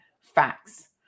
facts